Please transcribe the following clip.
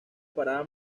parada